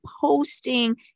posting